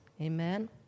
Amen